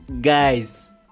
guys